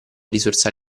risorsa